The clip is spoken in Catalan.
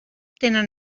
tenen